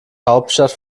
hauptstadt